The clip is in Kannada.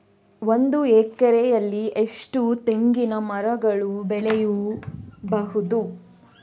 ಒಂದು ಎಕರೆಯಲ್ಲಿ ಎಷ್ಟು ತೆಂಗಿನಮರಗಳು ಬೆಳೆಯಬಹುದು?